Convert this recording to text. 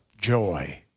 joy